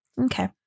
Okay